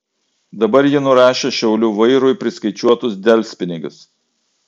dabar ji nurašė šiaulių vairui priskaičiuotus delspinigius